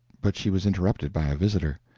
but she was interrupted by a visitor.